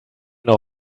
noch